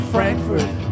Frankfurt